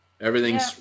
everything's